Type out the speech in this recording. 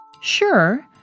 Sure